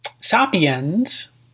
sapiens